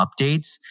updates